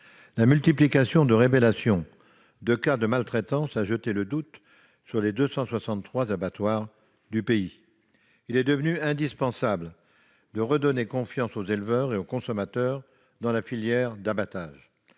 La multiplication de révélations de cas de maltraitance a jeté le doute sur les 263 abattoirs du pays. Il est devenu indispensable de redonner confiance aux éleveurs et aux consommateurs dans la filière d'abattage.